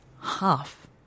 half